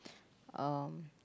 um